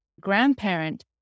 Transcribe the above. grandparent